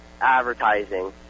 advertising